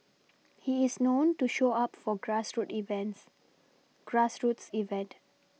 he is known to show up for grassroots events grassroots event